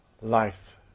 life